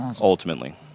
ultimately